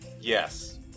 Yes